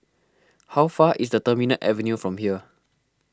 how far is the Terminal Avenue from here